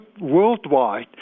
worldwide